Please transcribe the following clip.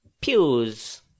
pews